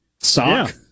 sock